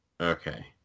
okay